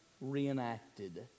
reenacted